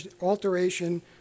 alteration